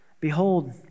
Behold